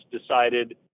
decided –